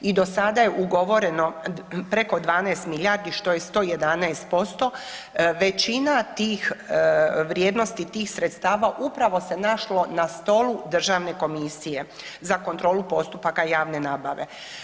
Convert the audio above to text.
I do sada je ugovoreno preko 12 milijardi što je 111%, većina tih vrijednosti tih sredstava upravo se našlo na stolu Državne komisije za kontrolu postupaka javne nabave.